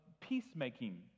peacemaking